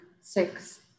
six